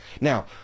Now